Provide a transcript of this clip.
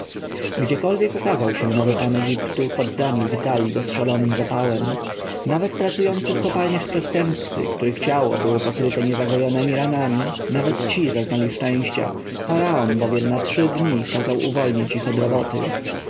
gdziekolwiek ukazał się nowy pan egiptu poddani witali go z szalonym zapałem nawet pracujący w kopalniach przestępcy których ciało było pokryte niezagojonemi ranami nawet ci zaznali szczęścia faraon bowiem na trzy dni kazał uwolnić ich od roboty